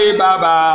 baba